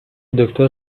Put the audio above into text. دکتر